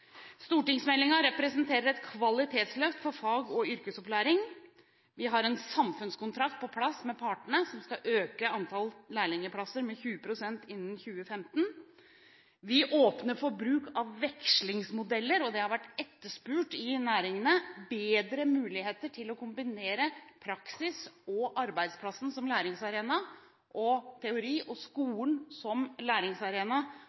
representerer et kvalitetsløft for fag- og yrkesopplæring. Vi har en samfunnskontrakt på plass med partene, som skal øke antall lærlingplasser med 20 pst. innen 2015. Vi åpner for bruk av vekslingsmodeller. Det har vært etterspurt i næringene bedre muligheter til å kombinere praksis og arbeidsplassen som læringsarena og teori og skolen som læringsarena